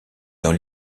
dans